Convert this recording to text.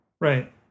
Right